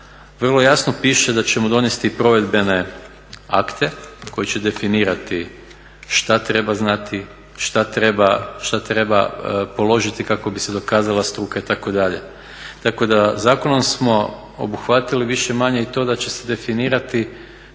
vrlo jasno piše da ćemo donesti provedbene akte koji će definirati šta treba zna, šta treba položiti kako bi se dokazala struka itd.. Tako da zakonom smo obuhvatili više-manje i to da će se definirati šta je razina